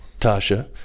Tasha